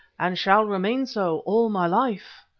and shall remain so all my life.